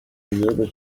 igihugu